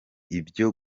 ibyo